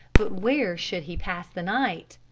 but where should he pass the night?